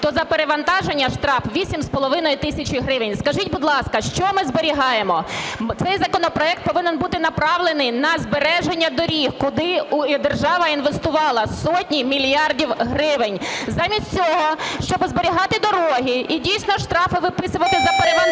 то за перевантаження – штраф 8,5 тисяч гривень. Скажіть, будь ласка, що ми зберігаємо? Цей законопроект повинен бути направлений на збереження доріг, куди держава інвестувала сотні мільярдів гривень замість цього щоби зберігати дороги і дійсно штрафи виписувати за перевантаження,